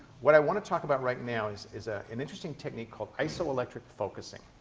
what i want to talk about right now is is ah an interesting technique called isoelectric focusing.